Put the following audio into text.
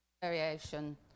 variation